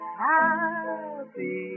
happy